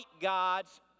God's